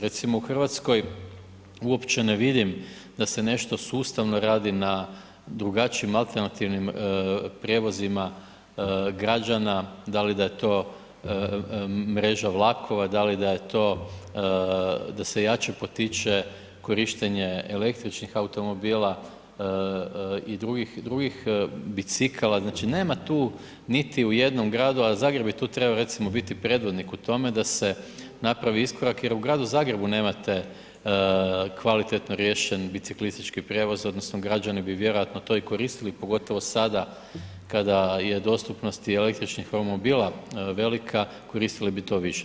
Recimo u RH uopće ne vidim da se nešto sustavno radi na drugačijim alternativnim prijevozima građana, da li da je to mreža vlakova, da li da je to, da se jače potiče korištenje električnih automobila i drugih bicikala, znači nema tu niti u jednom gradu, a Zagreb bi tu trebao recimo biti predvodnik u tome da se napravi iskorak jer u Gradu Zagrebu nemate kvalitetno riješen biciklistički prijevoz odnosno građani bi vjerojatno to i koristili, pogotovo sada kada je dostupnost tih električnih romobila velika, koristili bi to više.